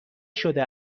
شده